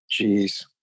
Jeez